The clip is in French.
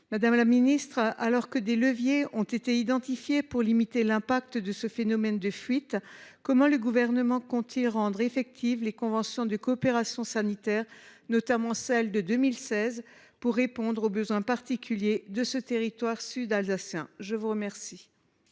leurs limites. Alors que des leviers ont été identifiés pour limiter les conséquences de ce phénomène de fuite, comment le Gouvernement compte t il rendre effectives les conventions de coopération sanitaire, notamment celles de 2016, pour répondre aux besoins particuliers de ce territoire ? La parole est à Mme